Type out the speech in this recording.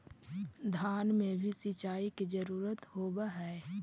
धान मे भी सिंचाई के जरूरत होब्हय?